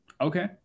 Okay